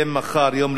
יום רביעי,